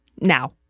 now